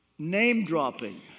name-dropping